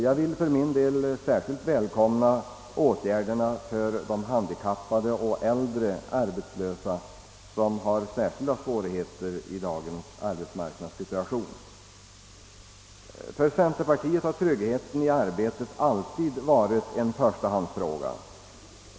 Jag vill särskilt välkomna åtgärderna för de handikappade och äldre arbetslösa, som har speciella svårigheter i dagens arbetsmarknadssituation. För centerpartiet har tryggheten i arbetet alltid varit en fråga av första rangen.